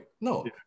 No